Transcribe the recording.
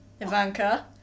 Ivanka